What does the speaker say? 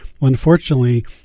Unfortunately